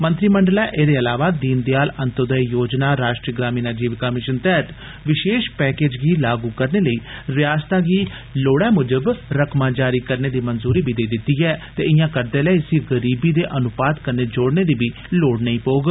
मंत्रीमंडलै एह्दे इलावा दीनदयाल अंतोदय योजना राश्ट्रीय ग्रामीण आजीविका मिषन तैंह्त विषेश पैकेज गी लागू करने लेई रियासतै गी लोड़ै मुजब रकमां जारी करने दी बी मंजूरी देई दित्ती ऐ ते इयां करदे लै इसी गरीबी दे अनुपात कन्ने जोड़ने दी बी लोड़ नेई होग